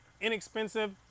inexpensive